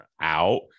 out